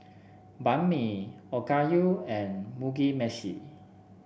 Banh Mi Okayu and Mugi Meshi